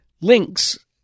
links